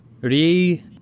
Ri